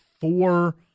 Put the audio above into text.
four